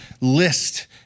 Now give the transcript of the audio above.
list